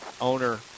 owner